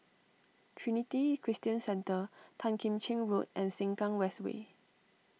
Trinity Christian Centre Tan Kim Cheng Road and Sengkang West Way